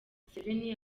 museveni